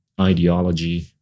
ideology